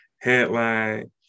headline